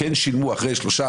שילמו אחרי שלושה,